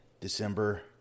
December